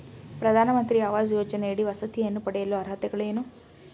ಪ್ರಧಾನಮಂತ್ರಿ ಆವಾಸ್ ಯೋಜನೆಯಡಿ ವಸತಿಯನ್ನು ಪಡೆಯಲು ಅರ್ಹತೆಗಳೇನು?